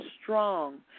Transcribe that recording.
strong